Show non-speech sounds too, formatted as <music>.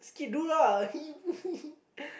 <laughs>